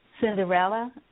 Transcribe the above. Cinderella